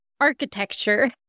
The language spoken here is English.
architecture